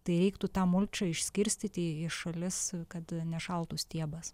tai reiktų tą mulčią išskirstyti į šalis kad nešaltų stiebas